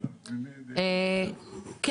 כן.